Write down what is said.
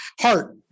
heart